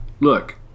Look